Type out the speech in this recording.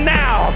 now